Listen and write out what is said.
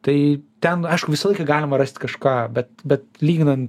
tai ten aišku visą laiką galima rasti kažką bet bet lyginant